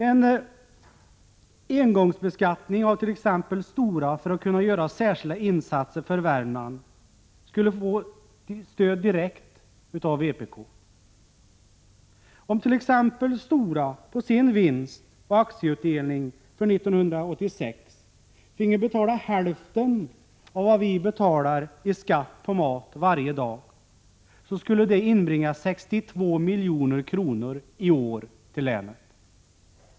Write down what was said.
En engångsbeskattning av t.ex. Stora för att kunna göra särskilda insatser för Värmland skulle direkt få vpk:s stöd. Om t.ex. Stora på sin vinst och aktieutdelning för 1986 finge betala hälften av vad vi betalar i skatt på mat varje dag, så skulle det i år inbringa 62 milj.kr. till länet.